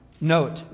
Note